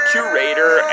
Curator